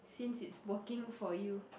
since it's working for you